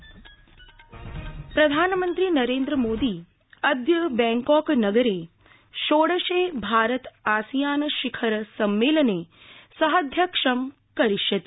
प्रधानमन्त्री प्रधानमन्त्री नरेन्द्रमोदी अद्य बैंकॉकनगरे षोडशे भारत आसियान शिखरसम्मेलने सहाध्यक्षं करिष्यति